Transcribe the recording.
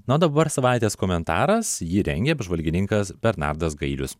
na o dabar savaitės komentaras jį rengia apžvalgininkas bernardas gailius